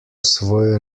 svoj